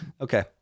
Okay